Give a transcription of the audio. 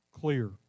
clear